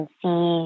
see